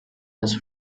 his